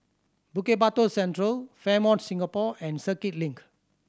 Bukit Batok Central Fairmont Singapore and Circuit Link